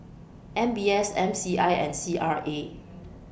M B S M C I and C R A